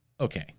okay